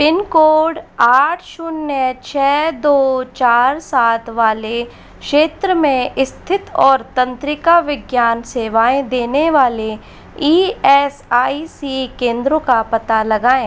pin code आठ शून्य छः दो चार सात वाले क्षेत्र में स्थित और तंत्रिका विज्ञान सेवाएँ देने वाले ई एस आई सी केंद्रो का पता लगाएँ